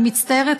אני מצטערת,